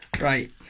Right